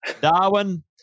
Darwin